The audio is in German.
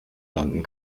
landen